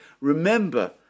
remember